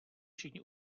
všichni